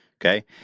Okay